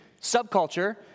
subculture